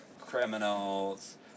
criminals